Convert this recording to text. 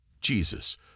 Jesus